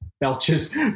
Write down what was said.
Belches